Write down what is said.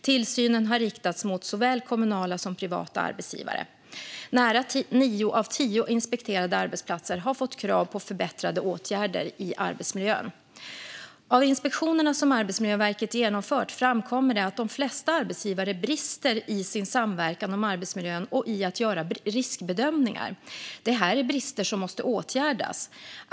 Tillsynen har riktats mot såväl kommunala som privata arbetsgivare. Nära nio av tio inspekterade arbetsplatser har fått krav på förbättrande åtgärder i arbetsmiljön. Av inspektionerna som Arbetsmiljöverket genomfört har det framkommit att de flesta arbetsgivare brister i sin samverkan om arbetsmiljön och i att göra riskbedömningar. Detta är brister som måste åtgärdas.